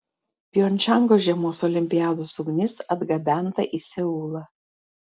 pjongčango žiemos olimpiados ugnis atgabenta į seulą